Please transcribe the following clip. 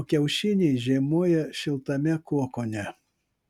o kiaušiniai žiemoja šiltame kokone